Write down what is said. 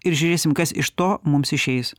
ir žiūrėsim kas iš to mums išeis